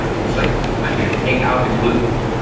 it's like i'm gonna take out the gluten,